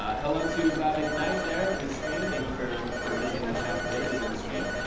ah hello to bhavik knight there in the stream. thank you for for visiting the chat today, visiting the stream.